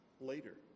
later